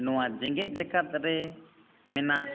ᱱᱚᱣᱟ ᱡᱮᱜᱮᱛ ᱡᱟᱠᱟᱛ ᱨᱮ ᱢᱮᱱᱟᱜ